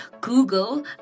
google